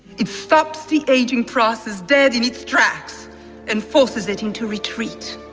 it stops the aging process dead in its tracks and forces it into retreat.